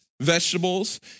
vegetables